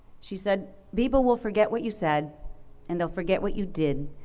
she said, people will forget what you said and they'll forget what you did,